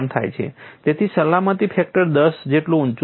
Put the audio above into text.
તેથી સલામતી ફેક્ટર દસ જેટલું ઊંચું છે